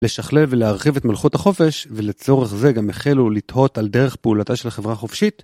לשכלל ולהרחיב את מלכות החופש, ולצורך זה גם החלו לתהות על דרך פעולתה של החברה חופשית.